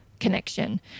connection